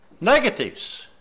Negatives